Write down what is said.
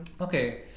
Okay